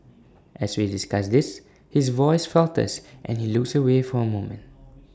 as we discuss this his voice falters and he looks away for A moment